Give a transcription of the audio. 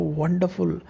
wonderful